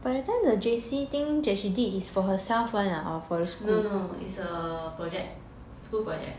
no no is a project school project